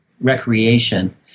recreation